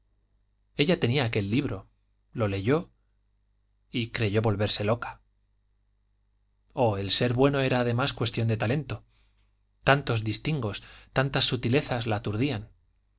ella tenía aquel libro lo leyó y creyó volverse loca oh el ser bueno era además cuestión de talento tantos distingos tantas sutilezas la